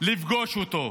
לפגוש אותו.